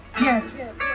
Yes